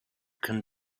can